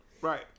Right